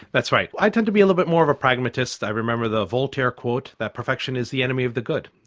that's right, i tend to be a little bit more of a pragmatist, i remember the voltaire quote that perfection is the enemy of the good.